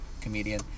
comedian